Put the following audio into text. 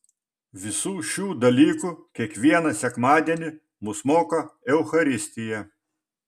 visų šių dalykų kiekvieną sekmadienį mus moko eucharistija